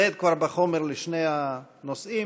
תצטייד כבר בחומר לשני הנושאים: